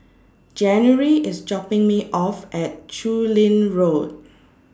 January IS dropping Me off At Chu Lin Road